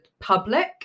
public